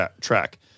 track